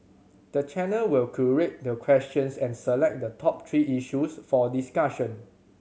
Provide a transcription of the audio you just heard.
the channel will curate the questions and select the top three issues for discussion